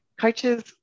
Coaches